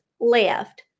left